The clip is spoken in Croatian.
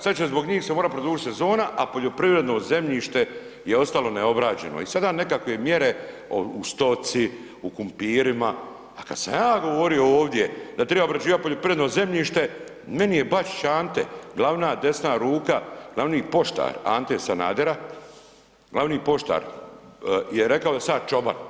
Sada će se zbog njih morati produžit sezona, a poljoprivredno zemljište je ostalo neobrađeno i sada nekakve mjere u stoci, u kumpirima, a kada sam ja govorio ovdje da triba obrađivat poljoprivredno zemljište meni je Bačić Ante glavna desna ruka, glavni poštar Ante Sanadera, glavni poštar je rekao da sam ja čoban.